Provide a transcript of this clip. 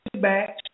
Back